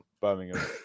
Birmingham